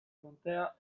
contea